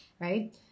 right